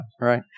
right